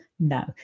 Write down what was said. No